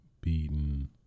beaten